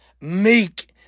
meek